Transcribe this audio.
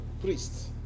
priests